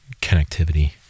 connectivity